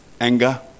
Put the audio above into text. Anger